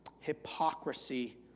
hypocrisy